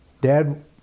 Dad